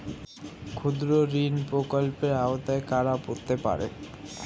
ক্ষুদ্রঋণ প্রকল্পের আওতায় কারা পড়তে পারে?